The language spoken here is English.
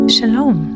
Shalom